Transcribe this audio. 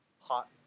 hot